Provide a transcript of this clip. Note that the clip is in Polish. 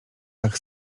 tak